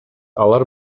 алар